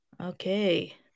Okay